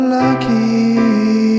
lucky